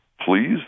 please